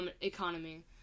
economy